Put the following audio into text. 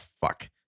fuck